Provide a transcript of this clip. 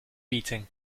beating